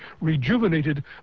rejuvenated